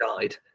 guide